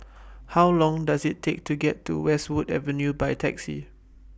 How Long Does IT Take to get to Westwood Avenue By Taxi